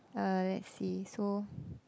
uh let's see so